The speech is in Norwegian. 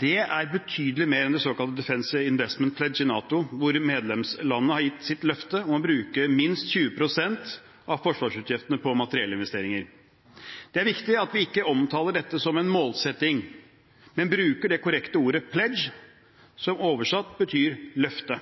Det er betydelig mer enn det såkalte «Defence Investment Pledge» i NATO, hvor medlemslandene har gitt sitt løfte om å bruke minst 20 pst. av forsvarsutgiftene på materiellinvesteringer. Det er viktig at vi ikke omtaler dette som en målsetting, men bruker det korrekte ordet «pledge», som oversatt betyr løfte.